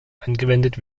angewendet